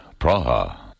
Praha